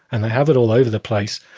and they have it all over the place,